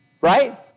right